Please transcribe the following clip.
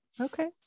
okay